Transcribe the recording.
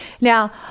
Now